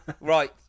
Right